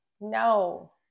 No